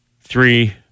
Three